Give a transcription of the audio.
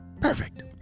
perfect